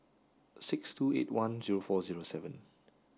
six two eight one zero four zero seven